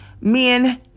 Men